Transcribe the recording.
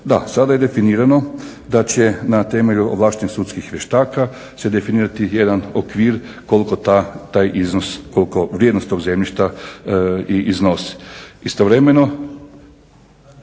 Da, sada je definirano da će na temelju ovlaštenih sudskih vještaka se definirati jedan okvir koliko taj iznos, koliko vrijednost tog zemljišta i iznosi. Istovremeno